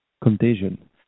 contagion